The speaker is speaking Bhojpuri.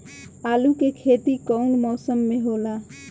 आलू के खेती कउन मौसम में होला?